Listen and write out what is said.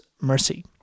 Mercy